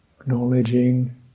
acknowledging